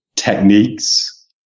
Techniques